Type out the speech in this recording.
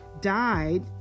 died